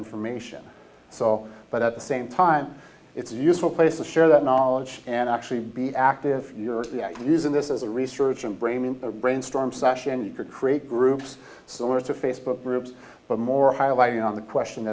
information but at the same time it's a useful place to share that knowledge and actually be active you're using this as a research and brain brainstorm session you could create groups or to facebook groups but more highlighting on the question